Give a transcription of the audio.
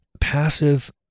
passive